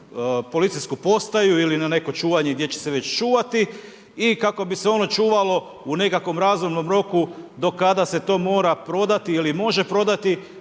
policijsku postaju ili na neko čuvanje gdje će se već čuvati i kako bi se ono čuvalo u nekakvom razumnom roku do kada se to mora prodati ili može prodati.